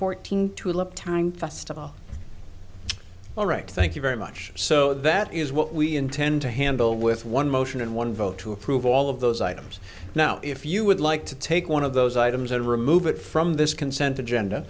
fourteen tulip time festival all right thank you very much so that is what we intend to handle with one motion and one vote to approve all of those items now if you would like to take one of those items and remove it from this consent agenda